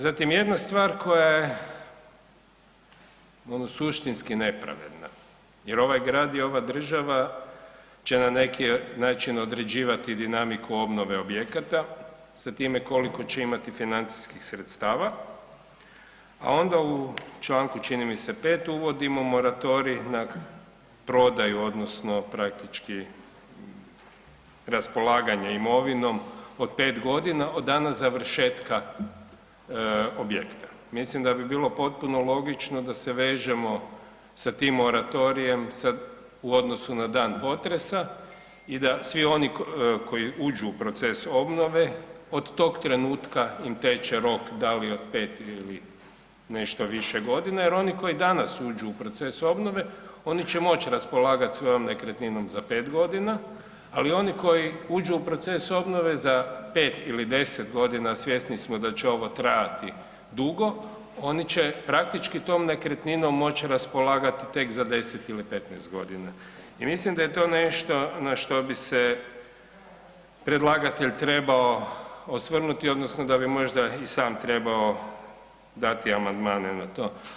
Zatim jedna stvar koja je ono suštinski nepravedna jer ovaj Grad i ova država će na neki način određivati dinamiku obnove objekata sa time koliko će imati financijskih sredstava, a onda u članku čini mi se 5., uvodimo moratorij na prodaju odnosno praktički raspolaganje imovinom od pet godina od dana završetka objekta, mislim da bi bilo potpuno logično da se vežemo sa tim moratorijem u odnosu na dan potresa i da svi oni koji uđu u proces obnove od tog trenutka im teče rok da li od pet ili nešto više godina, jer oni koji danas uđu u proces obnove, oni će moći raspolagati svojom nekretninom za pet godina, ali oni koji uđu u proces obnove za pet ili deset godina, a svjesni smo da će ovo trajati dugo, oni će praktički tom nekretninom moći raspolagati tek za deset ili petnaest godina, i mislim da je to nešto na što bi se predlagatelj trebao osvrnuti odnosno da bi možda i sam trebao dati amandmane na to.